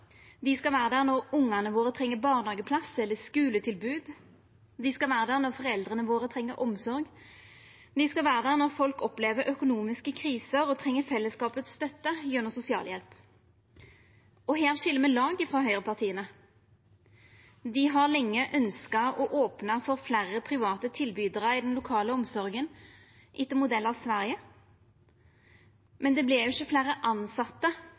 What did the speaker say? dei skal vera der når ungane våre treng barnehageplass eller skuletilbod. Dei skal vera der når foreldra våre treng omsorg. Dei skal vera der når folk opplever økonomiske kriser og treng støtte frå fellesskapet gjennom sosialhjelp. Her skil me lag med høgrepartia. Dei har lenge ønskt å opna for fleire private tilbydarar i den lokale omsorga, etter modell frå Sverige. Men det vert jo ikkje fleire